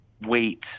wait